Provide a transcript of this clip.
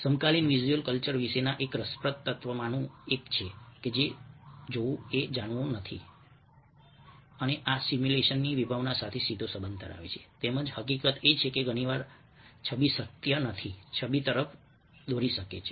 સમકાલીન visual culture વિશેના એક રસપ્રદ તત્ત્વોમાંનું એક એ છે કે જોવું એ જાણવું નથી અને આ સિમ્યુલેશનની વિભાવના સાથે સીધો સંબંધ ધરાવે છે તેમજ હકીકત એ છે કે ઘણી વાર છબી સત્ય નથી છબી તરફ દોરી શકે છે